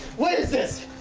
what is this?